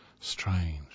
Strange